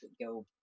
go